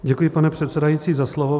Děkuji, pane předsedající, za slovo.